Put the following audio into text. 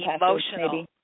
emotional